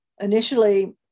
Initially